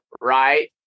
right